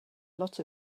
lot